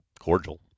cordial